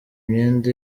imyenda